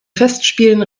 festspielen